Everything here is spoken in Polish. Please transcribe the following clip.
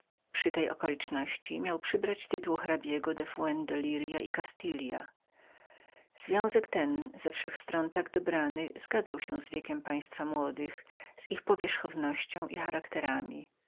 przy tej okoliczności miał przybrać tytuł hrabiego de fuen y lirias y castilla związek ten ze wszech stron tak dobrany zgadzał się z wiekiem państwa młodych z ich powierzchownością i charakterem